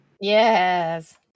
Yes